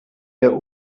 der